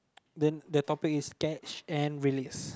then the topic is catch and release